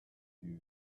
you